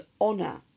honor